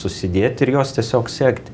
susidėt ir juos tiesiog sekti